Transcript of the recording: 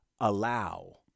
Allow